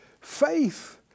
Faith